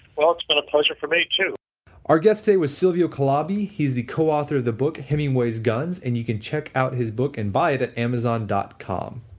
well, it's been a pleasure for me too our guest today was silvio calabi, he's the co-author of the book, hemingway's guns and you can check out his book and buy it at amazon dot com